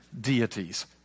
deities